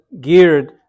geared